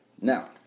Now